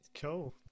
Cool